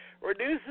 reduces